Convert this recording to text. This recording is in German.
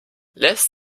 lässt